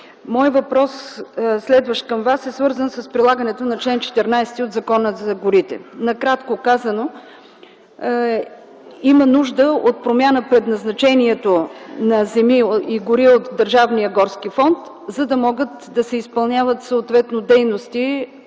въпрос към Вас е свързан с прилагането на чл. 14 от Закона за горите. Накратко казано: има нужда от промяна предназначението на земи и гори от Държавния горски фонд, за да могат да се изпълняват съответно дейности